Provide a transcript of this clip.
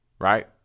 right